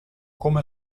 come